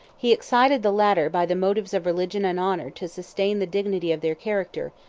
he excited the latter by the motives of religion and honor to sustain the dignity of their character,